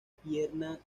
pierna